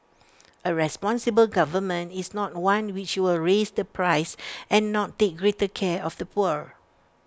A responsible government is not one which will raise the price and not take greater care of the poor